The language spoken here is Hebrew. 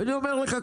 ואני אומר לך,